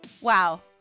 Wow